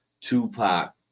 Tupac